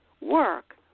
work